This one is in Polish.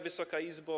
Wysoka Izbo!